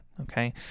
Okay